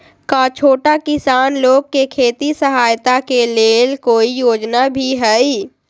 का छोटा किसान लोग के खेती सहायता के लेंल कोई योजना भी हई?